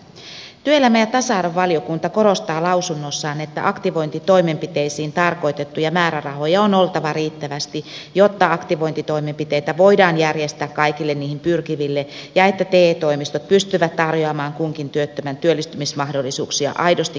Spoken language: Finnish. työelämä ja tasa arvovaliokunta korostaa lausunnossaan että aktivointitoimenpiteisiin tarkoitettuja määrärahoja on oltava riittävästi jotta aktivointitoimenpiteitä voidaan järjestää kaikille niihin pyrkiville ja että te toimistot pystyvät tarjoamaan kunkin työttömän työllistymismahdollisuuksia aidosti kehittäviä toimenpiteitä